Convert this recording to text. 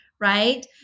right